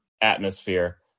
atmosphere